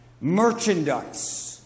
Merchandise